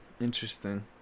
Interesting